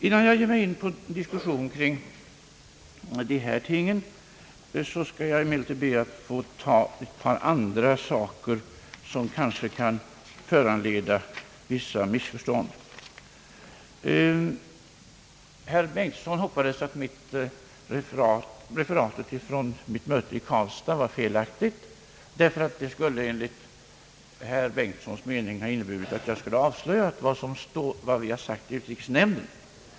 Innan jag ger mig in på diskussion kring dessa ting skall jag emellertid be att få ta upp ett par andra saker, som kanske kan föranleda vissa missförstånd. Herr Bengtson hoppades att referatet från mötet i Karlstad var felaktigt — enligt hans mening skulle det ha inneburit att jag avslöjat vad vi sagt i utrikesnämnden.